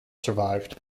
survived